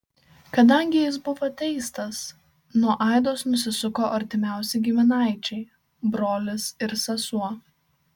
kadangi jis buvo teistas nuo aidos nusisuko artimiausi giminaičiai brolis ir sesuo